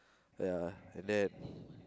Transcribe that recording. ya and that